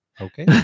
Okay